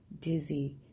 dizzy